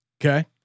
Okay